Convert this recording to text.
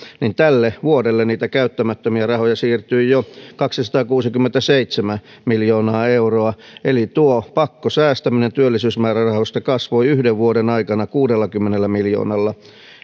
niin tälle vuodelle niitä käyttämättömiä rahoja siirtyi jo kaksisataakuusikymmentäseitsemän miljoonaa euroa eli tuo pakkosäästäminen työllisyysmäärärahoista kasvoi yhden vuoden aikana kuudellakymmenellä miljoonalla